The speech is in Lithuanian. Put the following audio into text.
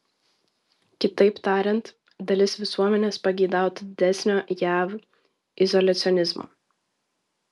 kitaip tariant dalis visuomenės pageidautų didesnio jav izoliacionizmo